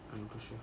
I'm not too sure